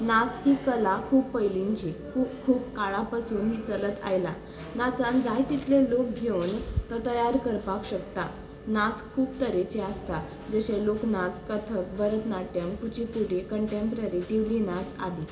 नाच ही कला खूब पयलींनची खू खूब काळा पासून ही चलत आयला नाचान जाय तितले लोक घेवन तो तयार करपाक शकता नाच खूब तरेचे आसता जशे लोकनाच कथक भरतनाट्यम् कुच्ची पुडी कंटँप्ररी दिवली नाच आदी